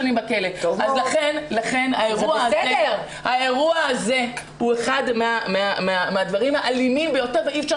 לכן האירוע הזה הוא אחד מהדברים האלימים ביותר ואי אפשר